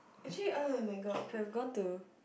actually oh-my-god I could have gone to